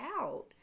out